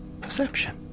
Perception